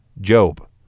Job